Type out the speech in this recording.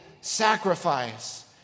sacrifice